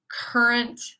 current